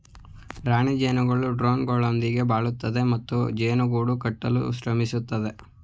ರಾಣಿ ಜೇನುಗಳು ಡ್ರೋನ್ಗಳೊಂದಿಗೆ ಬಾಳುತ್ತವೆ ಮತ್ತು ಜೇನು ಗೂಡು ಕಟ್ಟಲು ಶ್ರಮಿಸುತ್ತವೆ